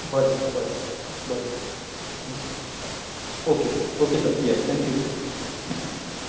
बरें बरें बरें okay okay sir yes thank you